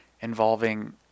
involving